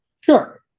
sure